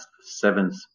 seventh